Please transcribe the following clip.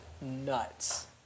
nuts